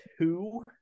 two